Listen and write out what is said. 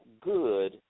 good